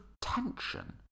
tension